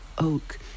oak